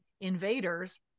invaders